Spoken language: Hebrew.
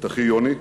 את אחי יוני.